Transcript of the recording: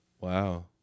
Wow